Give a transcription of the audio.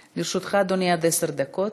לרשותך, אדוני, עד עשר דקות.